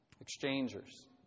Exchangers